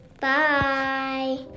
Bye